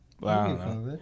wow